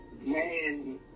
man